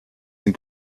den